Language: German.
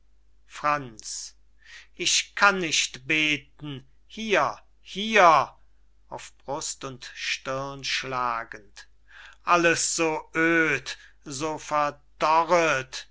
franz ich kann nicht beten hier hier auf brust und stirn schlagend alles so öd so verdorret